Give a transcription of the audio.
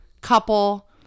couple